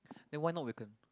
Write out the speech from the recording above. then why not awaken